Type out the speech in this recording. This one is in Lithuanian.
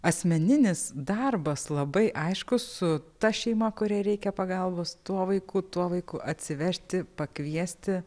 asmeninis darbas labai aiškus su ta šeima kuriai reikia pagalbos tuo vaiku tuo laiku atsivežti pakviesti